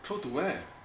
throw to where